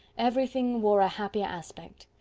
everything wore a happier aspect.